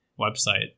website